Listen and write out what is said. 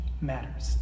matters